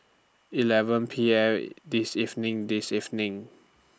eleven P M This evening This evening